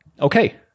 Okay